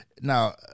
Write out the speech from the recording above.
now